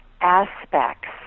aspects